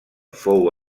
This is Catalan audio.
fou